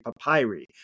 papyri